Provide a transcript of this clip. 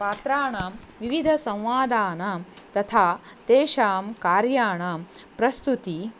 पात्राणां विविधसंवादानां तथा तेषां कार्याणां प्रस्तुतिः